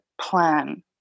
plan